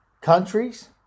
countries